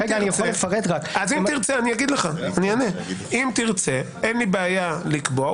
אין לי בעיה לקבוע,